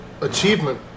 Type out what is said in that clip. achievement